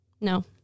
No